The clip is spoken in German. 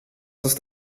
ist